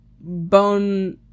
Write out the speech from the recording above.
Bone